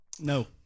No